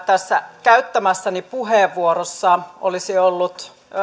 tässä käyttämässäni puheenvuorossa olisi ollut